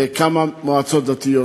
לכמה מועצות דתיות,